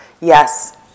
yes